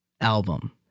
album